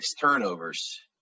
turnovers